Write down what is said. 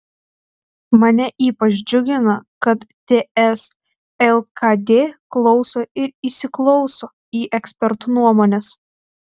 mane ypač džiugina kad ts lkd klauso ir įsiklauso į ekspertų nuomones